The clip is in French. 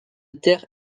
terre